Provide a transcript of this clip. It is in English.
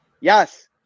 Yes